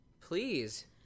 please